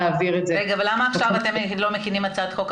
למה עכשיו אתם לא מכינים הצעת חוק?